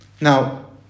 Now